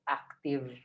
active